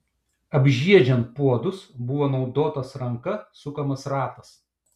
apžiedžiant puodus buvo naudotas ranka sukamas ratas